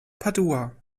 padua